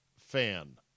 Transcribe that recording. fan